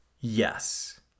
Yes